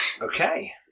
Okay